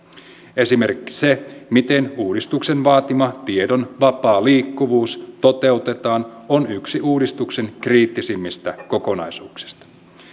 esimerkiksi se miten uudistuksen vaatima tiedon vapaa liikkuvuus toteutetaan on yksi uudistuksen kriittisimmistä kokonaisuuksista